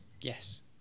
Yes